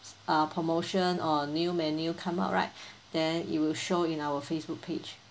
uh promotion or new menu come out right then it will show in our facebook page